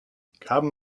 carbon